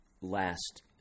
Last